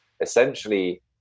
essentially